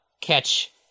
catch